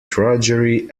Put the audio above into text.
drudgery